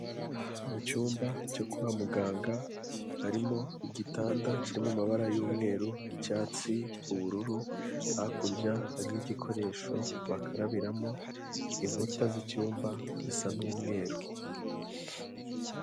Mu cyumba cyo kwa muganga, harimo igitanda kiri mu mabara y'umweru, icyatsi, ubururu, hakurya hari igikoresho bakarabiramo, inkuta z'icyumba zisa n'umweru.